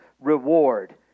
reward